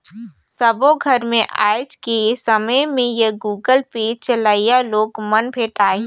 सबो घर मे आएज के समय में ये गुगल पे चलोइया लोग मन भेंटाहि